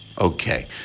Okay